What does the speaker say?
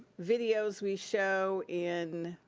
videos we show in,